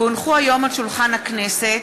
כי הונחו היום על שולחן הכנסת,